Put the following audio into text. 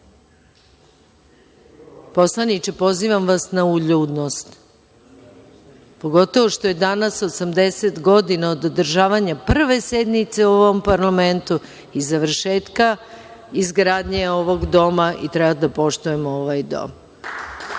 Poslaniče, pozivam vas na uljudnost, pogotovo što je danas 80 godina od održavanja prve sednice u ovom parlamentu i završetka izgradnje ovog doma i treba da poštujemo ovaj dom. Kada